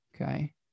Okay